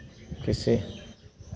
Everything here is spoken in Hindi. किसी